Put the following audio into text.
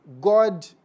God